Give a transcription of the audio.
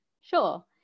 sure